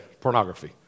Pornography